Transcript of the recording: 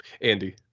Andy